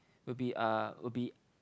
will be uh will be